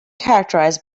characterized